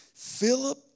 Philip